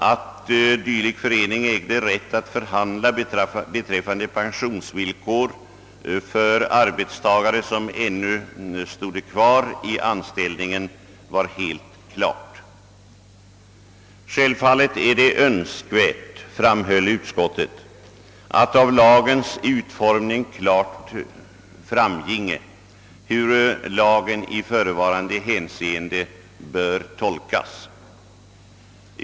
Att dylik förening ägde rätt att förhandla beträffande pensionsvillkor för arbetstagare som ännu stod kvar i anställningen vore helt klart. Självfallet vore det önskvärt, framhöll utskottet, att av lagens utformning klart framginge hur lagen i förevarande hänseende bör tolkas.